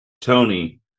Tony